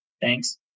thanks